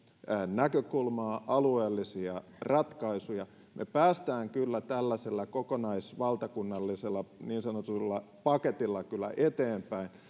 näkökulmaa alueellisia ratkaisuja me pääsemme tällaisella kokonaisvaltakunnallisella niin sanotulla paketilla kyllä eteenpäin